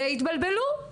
והתבלבלו.